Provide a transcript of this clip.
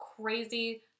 crazy